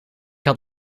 had